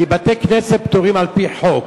כי בתי-כנסת פטורים על-פי חוק.